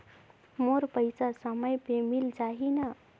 मोर पइसा समय पे मिल जाही न?